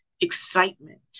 excitement